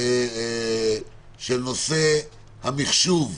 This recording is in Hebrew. של נושא המחשוב.